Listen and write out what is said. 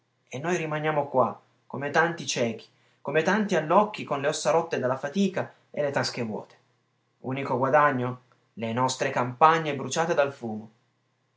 e noi rimaniamo qua come tanti ciechi come tanti allocchi con le ossa rotte dalla fatica e le tasche vuote unico guadagno le nostre campagne bruciate dal fumo